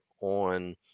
on